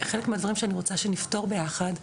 חלק מהדברים שאני רוצה שנפתור ביחד,